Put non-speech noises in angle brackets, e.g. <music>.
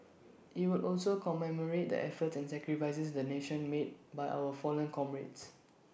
IT will also commemorate the efforts and sacrifices the nation made by our fallen comrades <noise>